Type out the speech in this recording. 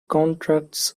contracts